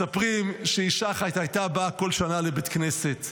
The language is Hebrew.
מספרים שאישה הייתה באה כל שנה לבית כנסת,